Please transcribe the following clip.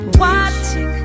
watching